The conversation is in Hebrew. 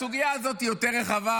הסוגיה הזאת היא יותר רחבה,